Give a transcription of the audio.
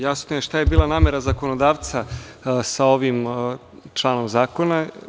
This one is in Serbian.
Jasno je šta je bila namera zakonodavca sa ovim članom zakona.